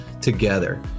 together